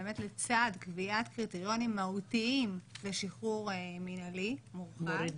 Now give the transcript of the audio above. באמת לצד קביעת קריטריונים מהותיים לשחרור מינהלי מורחב,